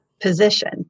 position